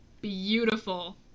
beautiful